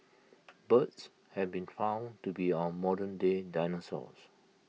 birds have been found to be our modernday dinosaurs